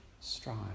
strive